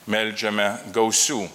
meldžiame gausių